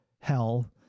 hell